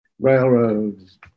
railroads